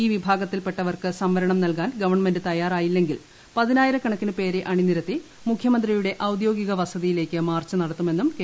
ഈ വിഭാഗത്തിൽപ്പെട്ടവർക്ക് സംവരണം നൽകാൻ ഗവൺമെന്റ് തയ്യാറായില്ലെങ്കിൽ പതിനായിരക്കണക്കിന് പേരെ അണ്ടിനിരത്തി മുഖ്യമന്ത്രിയുടെ ഔദ്യോഗിക വസതിയിലേക്ക് മാർച്ച് ന്യട്ടത്തുമെന്നും കെ